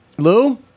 Lou